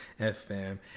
FM